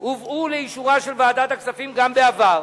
הובאו לאישורה של ועדת הכספים גם בעבר,